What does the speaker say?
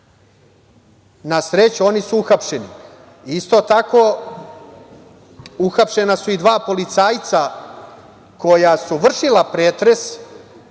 Na sreću, oni su uhapšeni. Isto tako, uhapšena su i dva policajca koja su vršila pretres